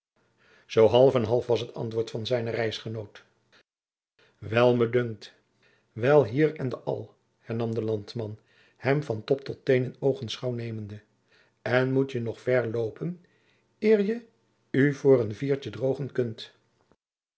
zoo half en half was het antwoord van zijnen reisgenoot wel me dunkt wel hiel ende al hernam de landman hem van top tot teen in oogenschouw nemende en mot je nog ver loopen eer je oe voor een viertje drogen kunt